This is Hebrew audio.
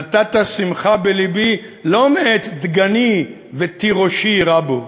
נתת שמחה בלבי לא מעת דגני ותירושי רבו,